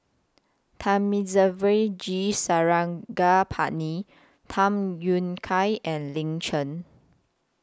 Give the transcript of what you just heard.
Thamizhavel G Sarangapani Tham Yui Kai and Lin Chen